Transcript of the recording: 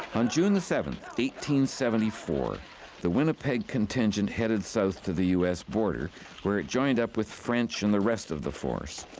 on june the seventh, one seventy four the winnipeg contingent headed south to the u s. border where it joined up with french and the rest of the force.